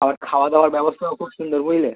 আবার খাওয়াদাওয়ার ব্যবস্থাও খুব সুন্দর বুঝলে